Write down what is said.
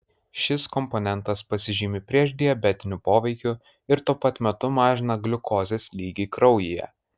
šis komponentas pasižymi priešdiabetiniu poveikiu ir tuo pat metu mažina gliukozės lygį kraujyje